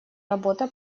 работа